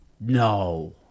No